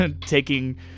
taking